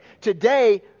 today